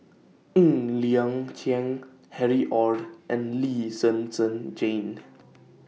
Ng Liang Chiang Harry ORD and Lee Zhen Zhen Jane